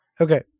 Okay